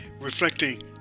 reflecting